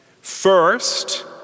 first